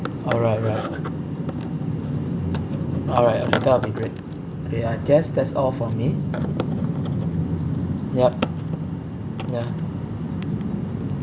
alright alright alright that will great okay I guess that's all for me yup ya